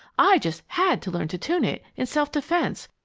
i just had to learn to tune it, in self-defense,